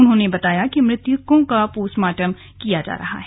उन्होंने बताया कि मृतकों का पोस्टमार्टम किया जा रहा है